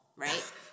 right